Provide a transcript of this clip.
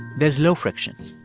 there's low friction.